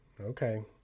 Okay